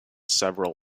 several